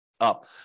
Up